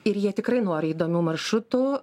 ir jie tikrai nori įdomių maršrutų